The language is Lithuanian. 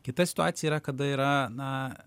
kita situacija yra kada yra na